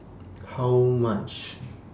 How much